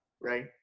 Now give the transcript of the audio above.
right